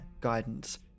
guidance